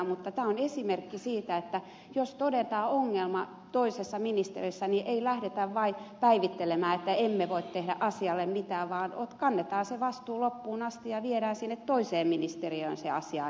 mutta tämä on esimerkki siitä että jos todetaan ongelma toisessa ministeriössä niin ei lähdetä vain päivittelemään että emme voi tehdä asialle mitään vaan kannetaan se vastuu loppuun asti ja viedään sinne toiseen ministeriöön se asia eteenpäin